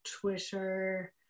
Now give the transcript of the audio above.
Twitter